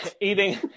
eating